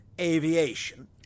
Aviation